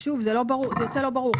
זה יוצא לא ברור.